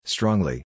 Strongly